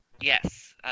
Yes